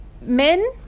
men